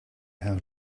how